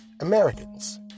Americans